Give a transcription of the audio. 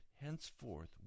henceforth